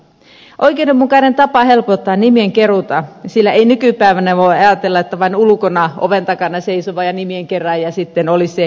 se on oikeudenmukainen tapa helpottaa nimien keruuta sillä ei nykypäivänä voi ajatella että vain ulkona oven takana seisova nimien kerääjä sitten olisi se oikea tapa